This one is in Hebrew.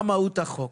מה מהות החוק?